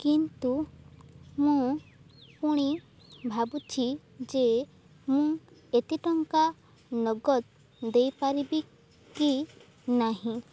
କିନ୍ତୁ ମୁଁ ପୁଣି ଭାବୁଛି ଯେ ମୁଁ ଏତେ ଟଙ୍କା ନଗଦ ଦେଇପାରିବି କି ନାହିଁ